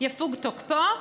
יפוג תוקפו.